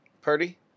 Purdy